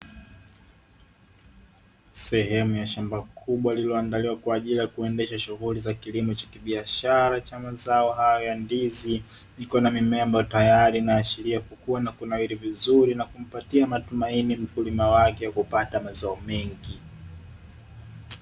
Sehemu ya shamba kubwa lililoandaliwa kwajili ya kuendesha shughuli za kilimo cha kibiashara cha mazao hayo ya ndizi, kikiwa na mimea mbayo iko tayari inashiria kukua na kunawiri vizuri na kumpatia matumaini mkulima wake kupata mazao mengi.